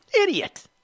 Idiot